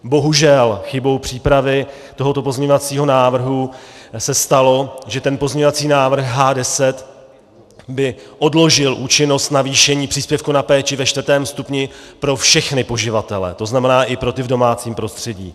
Bohužel chybou přípravy tohoto pozměňovacího návrhu se stalo, že ten pozměňovací návrh H10 by odložil účinnost navýšení příspěvku na péči ve čtvrtém stupni pro všechny poživatele, to znamená i pro ty v domácím prostředí.